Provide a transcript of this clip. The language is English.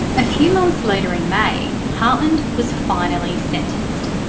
a few months later in may hartland was finally sentenced.